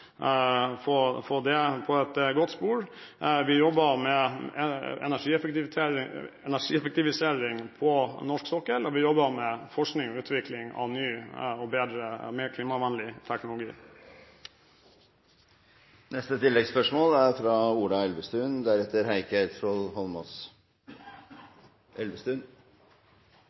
det på et godt spor. Vi jobber med energieffektivisering på norsk sokkel, og vi jobber med forskning og utvikling av ny og mer klimavennlig teknologi.